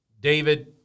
David